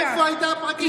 איפה הייתה הפרקליטות?